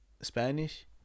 Spanish